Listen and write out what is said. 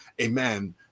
amen